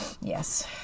Yes